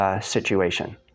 situation